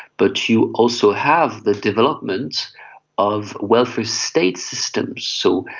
but you also have the development of welfare state systems, so,